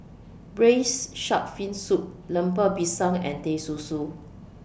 Braised Shark Fin Soup Lemper Pisang and Teh Susu